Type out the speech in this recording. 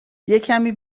یکمی